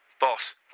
Boss